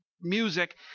music